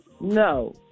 No